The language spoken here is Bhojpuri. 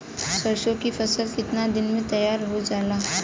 सरसों की फसल कितने दिन में तैयार हो जाला?